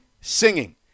singing